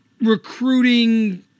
recruiting